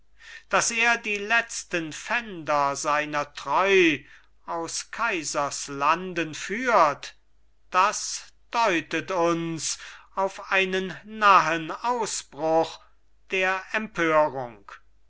daß er die letzten pfänder seiner treu aus kaisers landen führt das deutet uns auf einen nahen ausbruch der empörung